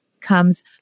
comes